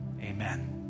Amen